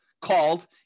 called